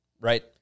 right